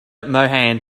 mohan